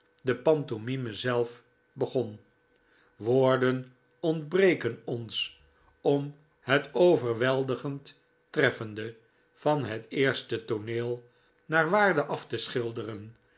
de pantomime zelf begon woorden ontbreken ons om het oyerweldigend treffende van het eerste tooneel naar waarde af te schilderen